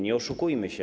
Nie oszukujmy się.